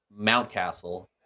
Mountcastle